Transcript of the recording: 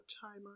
timer